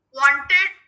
wanted